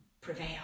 Prevail